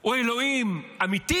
הוא אלוהים אמיתי